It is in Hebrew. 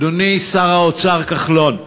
אדוני שר האוצר כחלון,